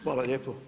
Hvala lijepo.